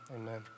amen